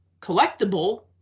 collectible